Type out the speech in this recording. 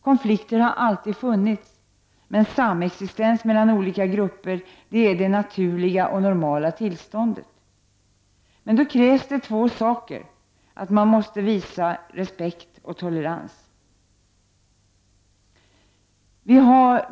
Konflikter har alltid funnits, men samexistens mellan olika grupper är ju det naturliga och normala tillståndet. För detta krävs emellertid två saker: man måste visa respekt och man måste visa tolerans.